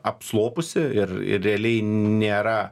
apslopusi ir ir realiai nėra